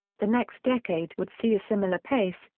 the next decade would see a similar pace,